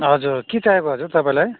हजुर के चाहिएको हजुर तपाईँलाई